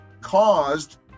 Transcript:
caused